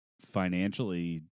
financially